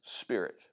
spirit